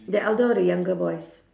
the elder or the younger boys